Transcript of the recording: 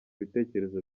bitekerezo